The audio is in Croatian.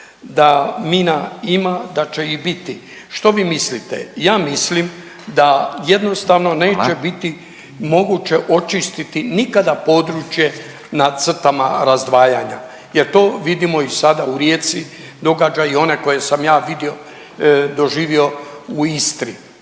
da mina ima, da će ih biti. Što vi mislite, ja mislim da jednostavno neće biti … .../Upadica: Hvala./... … moguće očistiti nikada područje na crtama razdvajanja jer to vidimo i sada u Rijeci, događa i one koje sam ja vidio, doživio u Istri.